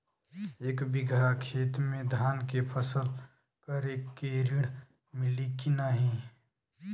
एक बिघा खेत मे धान के फसल करे के ऋण मिली की नाही?